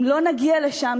אם לא נגיע לשם,